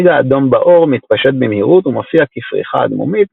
נגע אדום בעור מתפשט במהירות ומופיע כפריחה אדמומית,